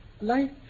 Life